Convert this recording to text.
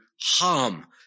harm